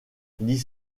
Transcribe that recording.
dit